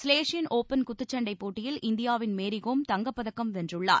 Silesian open குத்துச்சண்டை போட்டியில் இந்தியாவின் மேரி கோம் தங்கப்பதக்கம் வென்றுள்ளார்